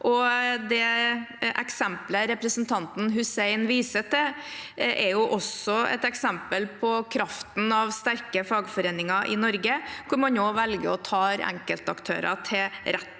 Det eksempelet representanten Hussein viser til, er også et eksempel på kraften til sterke fagforeninger i Norge, hvor man nå velger å ta enkeltaktører til retten.